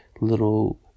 little